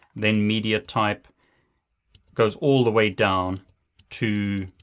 then media-type. it goes all the way down to